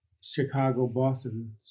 Chicago-Boston